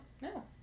No